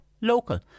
local